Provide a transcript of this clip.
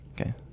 Okay